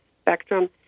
spectrum